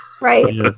Right